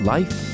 Life